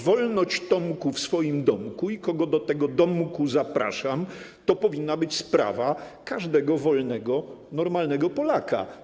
Wolnoć, Tomku, w swoim domku i kogo do tego domku zapraszam, to powinna być sprawa każdego wolnego, normalnego Polaka.